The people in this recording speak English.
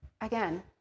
again